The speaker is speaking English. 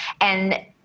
And-